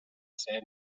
ser